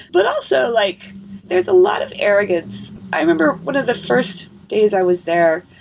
but also, like there is a lot of arrogance. i remember one of the first days i was there,